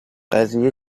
قضیه